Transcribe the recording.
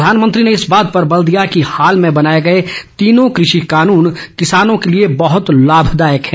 प्रधानमंत्री ने इस बात पर बल दिया कि हाल में बनाये गए तीनों कृषि कानून किसानों के लिए बहत लाभदायक हैं